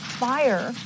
fire